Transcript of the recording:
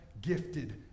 gifted